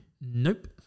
Nope